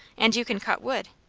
and you can cut wood?